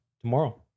tomorrow